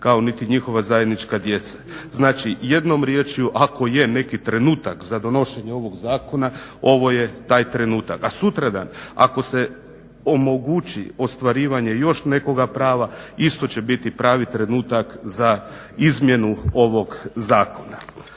kao niti njihova zajednička djeca. Znači, jednom riječju ako je neki trenutak za donošenje ovog zakona ovo je taj trenutak. A sutradan ako se omogući ostvarivanje još nekoga prava isto će biti pravi trenutak za izmjenu ovog zakona.